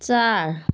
चार